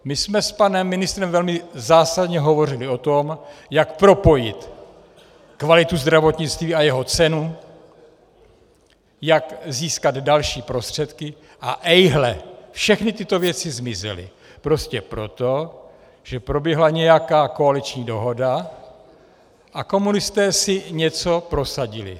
My jsme s panem ministrem velmi zásadně hovořili o tom, jak propojit kvalitu zdravotnictví a jeho cenu, jak získat další prostředky a ejhle, všechny tyto věci zmizely prostě proto, že proběhla nějaká koaliční dohoda a komunisté si něco prosadili.